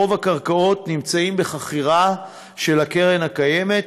רוב הקרקעות נמצאות בחכירה של הקרן הקיימת,